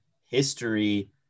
history